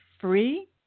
free